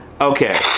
Okay